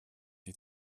die